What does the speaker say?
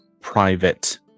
private